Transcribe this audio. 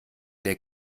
der